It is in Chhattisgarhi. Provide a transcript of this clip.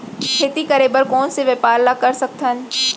खेती करे बर कोन से व्यापार ला कर सकथन?